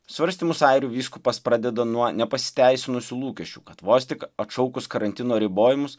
svarstymus airių vyskupas pradeda nuo nepasiteisinusių lūkesčių kad vos tik atšaukus karantino ribojimus